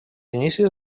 inicis